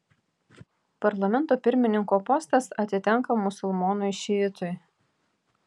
parlamento pirmininko postas atitenka musulmonui šiitui